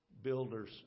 Builders